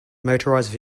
motorized